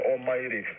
Almighty